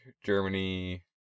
Germany